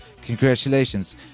Congratulations